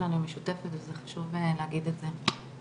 שלנו היא משותפת וזה חשוב להגיד את זה.